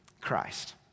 Christ